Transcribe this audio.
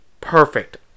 perfect